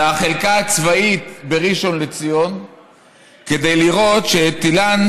לחלקה הצבאית בראשון לציון כדי לראות שאת אילן